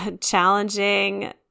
challenging